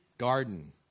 garden